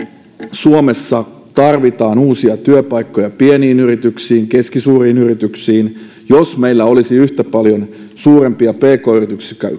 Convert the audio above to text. suomessa tarvitaan uusia työpaikkoja pieniin yrityksiin keskisuuriin yrityksiin jos meillä olisi yhtä paljon suurempia pk yrityksiä kuin